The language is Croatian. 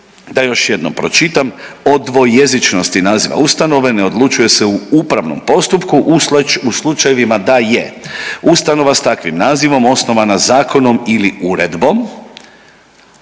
da još jednom pročitam, o dvojezičnosti naziva ustanove ne odlučuje se u upravnom postupku u slučajevima da je ustanova s takvim nazivom osnovana zakonom ili uredbom